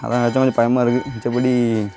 அதை நினச்சா கொஞ்சம் பயமாக இருக்குது மித்தபடி